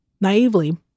Naively